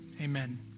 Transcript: Amen